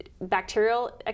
bacterial